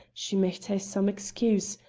she micht hae some excuse,